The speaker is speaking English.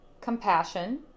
compassion